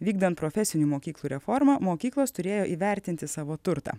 vykdant profesinių mokyklų reformą mokyklos turėjo įvertinti savo turtą